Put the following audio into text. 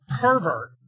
pervert